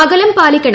അകലം പാലിക്കണം